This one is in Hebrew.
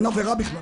מעט מאוד.